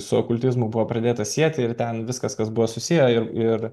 su okultizmu buvo pradėta sieti ir ten viskas kas buvo susiję ir ir